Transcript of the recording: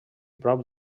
prop